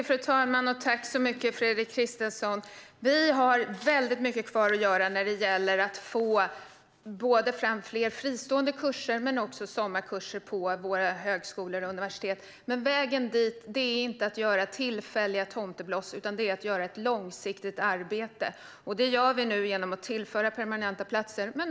Fru talman! Vi har väldigt mycket kvar att göra när det gäller att få fram fler fristående kurser men också sommarkurser på våra högskolor och universitet. Men vägen dit är inte tillfälliga tomtebloss utan ett långsiktigt arbete. Vi tillför nu permanenta platser.